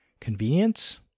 convenience